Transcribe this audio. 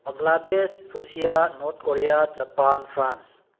Bangladesh Russia North Korea Japan France